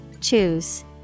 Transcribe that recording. Choose